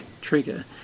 trigger